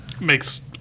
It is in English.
Makes